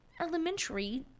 elementary